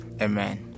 amen